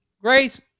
Grace